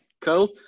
Cole